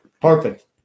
Perfect